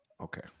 Okay